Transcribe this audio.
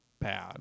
bad